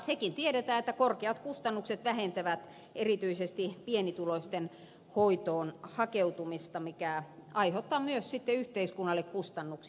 sekin tiedetään että korkeat kustannukset vähentävät erityisesti pienituloisten hoitoon hakeutumista mikä aiheuttaa myös sitten yhteiskunnalle kustannuksia